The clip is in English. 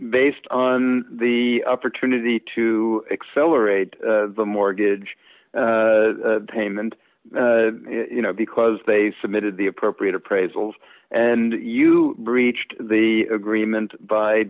maced on the opportunity to accelerate the mortgage payment you know because they submitted the appropriate appraisals and you reached the agreement by